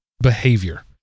behavior